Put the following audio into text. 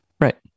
Right